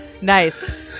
Nice